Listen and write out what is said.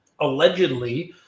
allegedly